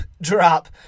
drop